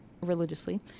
religiously